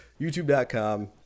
YouTube.com